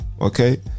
Okay